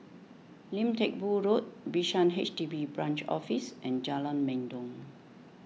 Lim Teck Boo Road Bishan H D B Branch Office and Jalan Mendong